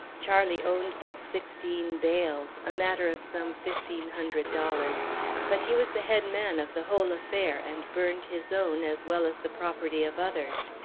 charlie owned but sixteen bales a matter of some fifteen hundred dollars but he was the head man of the whole affair, and burned his own, as well as the property of others.